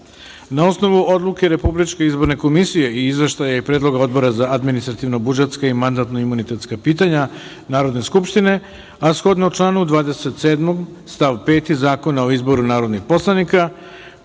osnovu Odluke Republičke izborne komisije i Izveštaja i predloga Odbora za administrativno-budžetska i mandatno-imunitetska pitanja Narodne skupštine, a shodno članu 27. stav 5. Zakona o izboru narodnih poslanika,